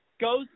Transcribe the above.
goes